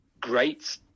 great